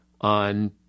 on